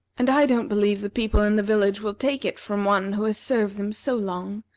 and i don't believe the people in the village will take it from one who has served them so long.